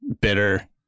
bitter